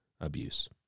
abuse